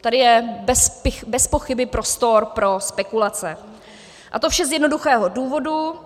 Tady je bezpochyby prostor pro spekulace, a to vše z jednoduchého důvodu.